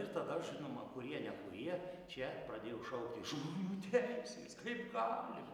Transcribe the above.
ir tada žinoma kurie ne kurie čia pradėjo šaukti žmonių teisės kaip galima